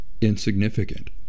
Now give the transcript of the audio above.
insignificant